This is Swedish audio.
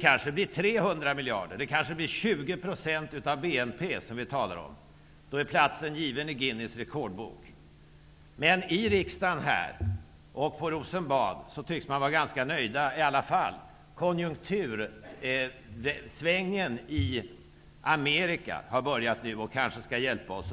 Kanske blir det 300 miljarder kronor, 20 % av BNP, som vi talar om. Platsen i Guinness rekordbok är då given. Men här i riksdagen och på Rosenbad tycks man i alla fall vara ganska nöjd och hoppas att konjunktursvängningen i Amerika, som har börjat, och den svaga kronan kanske hjälper oss.